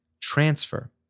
transfer